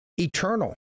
eternal